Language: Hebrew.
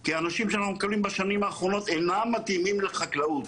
כי האנשים שאנחנו מקבלים בשנים האחרונות אינם מתאימים לחקלאות,